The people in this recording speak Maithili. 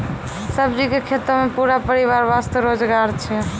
सब्जी के खेतों मॅ पूरा परिवार वास्तॅ रोजगार छै